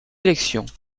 élections